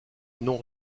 non